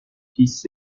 fils